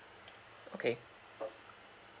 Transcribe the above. okay